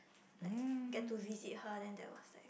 like get to visit her then that was like